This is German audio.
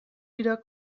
wieder